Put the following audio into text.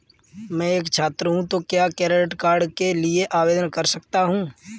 मैं एक छात्र हूँ तो क्या क्रेडिट कार्ड के लिए आवेदन कर सकता हूँ?